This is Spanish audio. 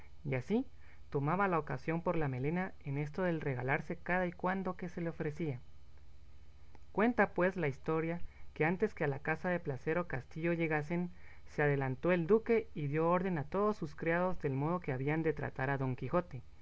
y así tomaba la ocasión por la melena en esto del regalarse cada y cuando que se le ofrecía cuenta pues la historia que antes que a la casa de placer o castillo llegasen se adelantó el duque y dio orden a todos sus criados del modo que habían de tratar a don quijote